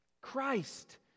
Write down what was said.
Christ